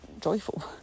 joyful